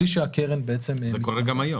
זה קורה גם היום.